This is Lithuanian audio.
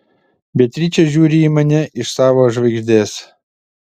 beatričė žiūri į mane iš savo žvaigždės